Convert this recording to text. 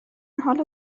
حال